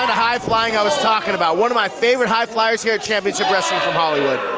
ah high flying i was talking about. one of my favorite high fliers here at championship wrestling from hollywood.